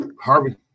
Harvey